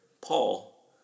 Paul